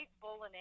bolognese